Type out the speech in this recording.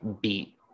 beat